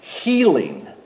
healing